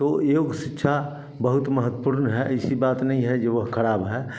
तो योग शिक्षा बहुत महत्वपूर्ण है ऐसी बात नहीं है योगा ख़राब है